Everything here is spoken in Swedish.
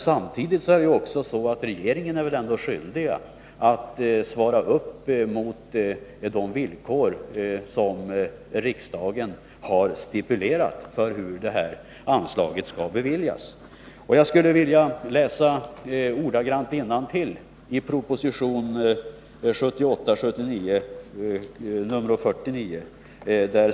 Samtidigt är väl regeringen ändå skyldig att uppfylla de villkor som riksdagen har stipulerat när det gäller användningen av anslaget. Jag skulle ordagrant vilja citera ur proposition 1978/79:49.